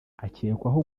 akekwaho